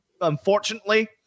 unfortunately